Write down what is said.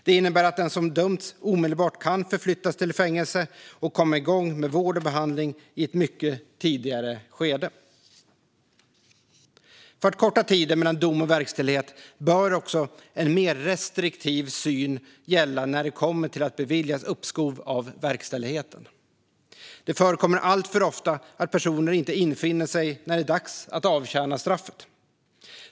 Det innebär att den som dömts omedelbart kan förflyttas till ett fängelse och komma igång med vård och behandling i ett mycket tidigare skede. För att korta tiden mellan dom och verkställighet bör också en mer restriktiv syn gälla när det kommer till att bevilja uppskov av verkställigheten. Det förekommer alltför ofta att personer inte infinner sig när det är dags att avtjäna straffet.